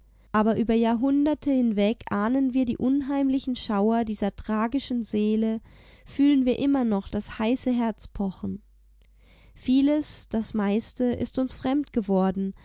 aber über jahrhunderte hinweg ahnen wir die unheimlichen schauer dieser tragischen seele fühlen wir immer noch das heiße herz pochen vieles das meiste ist uns fremd geworden